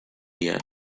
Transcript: yet